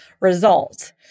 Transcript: result